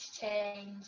change